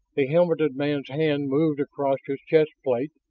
the helmeted man's hand moved across his chest plate,